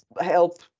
help